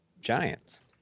giants